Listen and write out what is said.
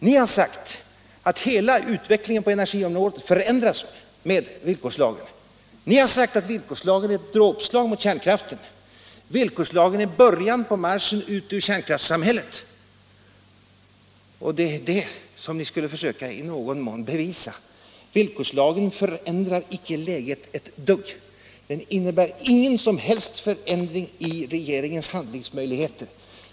Ni har sagt att hela utvecklingen på energiområdet förändras med villkorslagen. Ni har sagt att villkorslagen är ett dråpslag mot kärnkraften, att villkorslagen är början på marschen ut ur kärnkraftssamhället. Det är det som ni skulle försöka att i någon mån bevisa. Villkorslagen förändrar icke läget ett dugg. Den innebär ingen som helst förändring i regeringens handlingsmöjligheter.